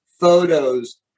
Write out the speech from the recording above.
photos